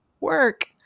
work